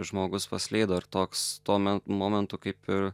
žmogus paslydo ir toks tuomen momentu kaip ir